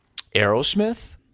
Aerosmith